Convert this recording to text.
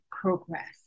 progress